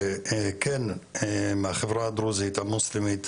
שכן מהחברה הדרוזית, המוסלמית,